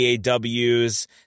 DAWs